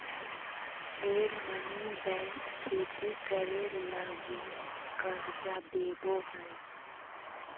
ढेर मनी बैंक खेती करे लगी कर्ज देवो हय